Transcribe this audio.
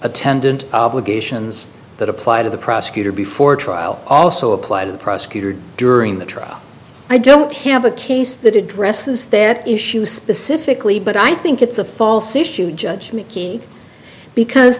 attendant obligations that apply to the prosecutor before trial also apply to the prosecutor during the trial i don't have a case that addresses that issue specifically but i think it's a false issue judge because